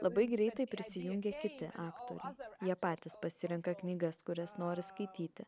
labai greitai prisijungė kiti aktoriai jie patys pasirenka knygas kurias nori skaityti